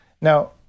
Now